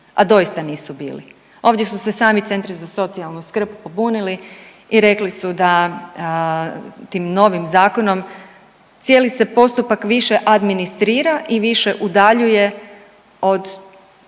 a doista nisu bili. Ovdje su se sami centri za socijalnu skrb pobunili i rekli su da tim novim zakonom cijeli se postupak više administrira i više udaljuje od